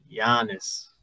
Giannis